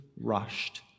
rushed